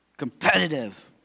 competitive